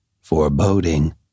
foreboding—